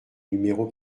numéro